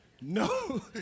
No